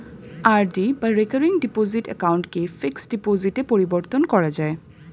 RD বা recurring deposit অ্যাকাউন্টকে fixed ডিপোজিটে পরিবর্তন করা যায়